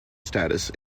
status